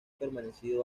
permanecido